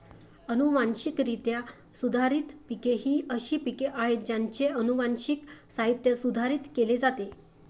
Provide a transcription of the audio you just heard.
अनुवांशिकरित्या सुधारित पिके ही अशी पिके आहेत ज्यांचे अनुवांशिक साहित्य सुधारित केले जाते